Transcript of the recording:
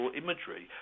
imagery